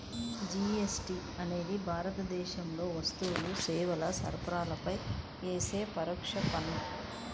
GST అనేది భారతదేశంలో వస్తువులు, సేవల సరఫరాపై యేసే పరోక్ష పన్ను